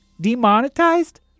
Demonetized